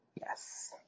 Yes